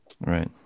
Right